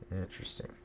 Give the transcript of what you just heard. Interesting